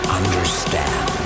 understand